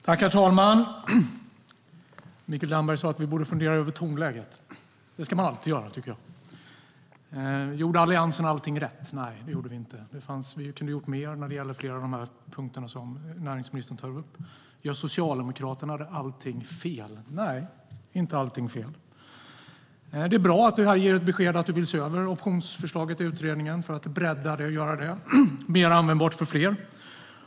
Herr talman! Mikael Damberg sa att vi borde fundera över tonläget. Det ska man alltid göra, tycker jag. Gjorde Alliansen allting rätt? Nej, det gjorde vi inte. Vi kunde ha gjort mer när det gäller flera av de punkter som näringsministern tar upp. Gör Socialdemokraterna allting fel? Nej, de gör inte allting fel. Det är bra att du här ger ett besked om att du vill se över optionsförslaget i utredningen för att bredda det och göra det mer användbart för fler.